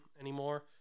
anymore